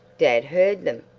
dad heard them.